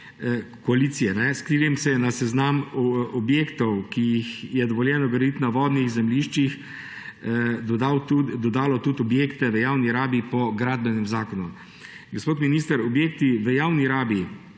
koalicije, s katerim se je na seznam objektov, ki jih je dovoljeno graditi na vodnih zemljiščih dodalo tudi objekte v javni rabi po Gradbenem zakonu. Gospod minister, objekti v javni rabi